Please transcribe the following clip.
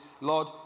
Lord